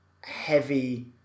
heavy